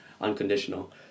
unconditional